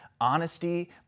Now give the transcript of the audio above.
honesty